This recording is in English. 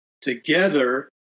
Together